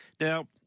Now